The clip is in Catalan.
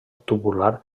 tubular